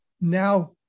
now